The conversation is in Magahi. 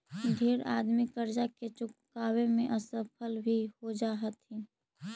ढेर आदमी करजा चुकाबे में असफल भी हो जा हथिन